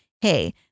Hey